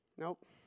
Nope